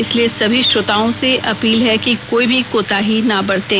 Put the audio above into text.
इसलिए सभी श्रोताओं से अपील है कि कोई भी कोताही ना बरतें